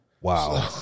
Wow